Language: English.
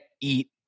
eat